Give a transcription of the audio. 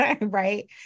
Right